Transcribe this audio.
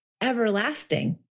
everlasting